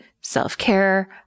self-care